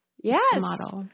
Yes